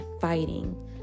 fighting